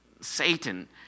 Satan